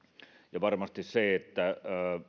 ja varmasti